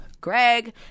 Greg